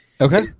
okay